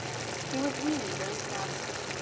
he was really very proud of her,